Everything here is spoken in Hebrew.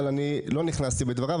אבל לא נכנסתי לדבריו.